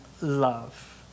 love